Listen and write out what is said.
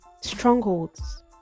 strongholds